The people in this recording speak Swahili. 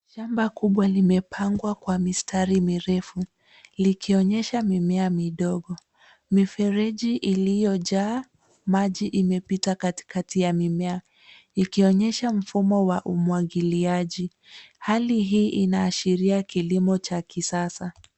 Shamba kubwa limepangwa kwa mistari mirefu likionyesha mimea midogo. Mifereji iliyojaa maji imepita katikati ya mimea. Ikionyesha mfumo wa umwagiliaji. Hali hii inaashiria kilimo cha kisasa.